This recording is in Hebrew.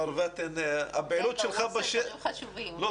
מר פאתן, הפעילות שלך בשטח לא